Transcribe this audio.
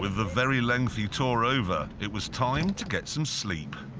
the very lengthy tour over, it was time to get some sleep.